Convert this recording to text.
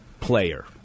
player